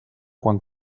quan